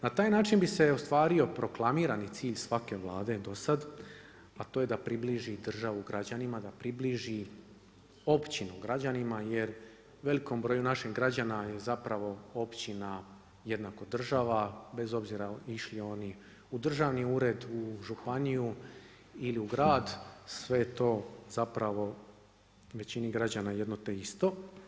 Na taj način bi se ostvario proklamirani cilj svake Vlade do sad a to je približi državu građanima, da približi općinu građanima jer velikom broju naših građana je zapravo općina jednako država bez obzira išli oni u državni ured, u županiju ili u grad, sve je to zapravo većini građana jedno te isto.